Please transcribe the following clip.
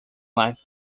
life